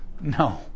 No